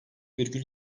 virgül